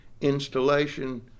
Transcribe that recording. installation